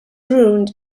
ruined